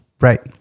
right